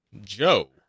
Joe